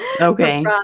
okay